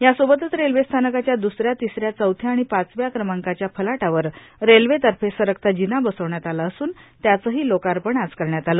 या सोबतच रेल्वेस्थानकाच्या द्स या तिस या चवथ्या आणि पाचव्या क्रमांकाच्या फलाटावर रेल्वेतर्फे सरकता जीना बसवण्यात आला असून त्याचंही लोकार्पण आज करण्यात आलं